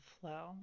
flow